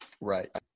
right